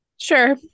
sure